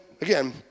again